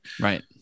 right